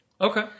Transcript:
Okay